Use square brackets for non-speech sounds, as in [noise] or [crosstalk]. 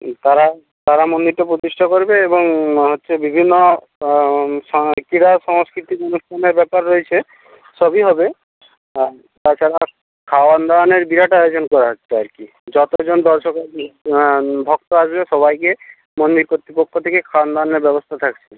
তারা তারা মন্দিরটা প্রতিষ্ঠা করবে এবং হচ্ছে বিভিন্ন [unintelligible] ক্রীড়া সাংস্কৃতিক অনুষ্ঠানের ব্যাপার রয়েছে সবই হবে তাছাড়া খাওয়ানো দাওয়ানোর বিরাট আয়োজন করা হচ্ছে আর কী যত জন দর্শক [unintelligible] ভক্ত আসবে সবাইকে মন্দির কর্তৃপক্ষ থেকে খাওয়ানো দাওয়ানোর ব্যবস্থা থাকছে